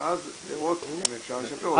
ואז לראות אם אפשר לשפר אותה.